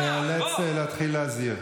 אתה ממשיך עם הפייק הזה.